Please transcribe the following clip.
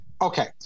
Okay